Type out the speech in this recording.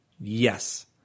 Yes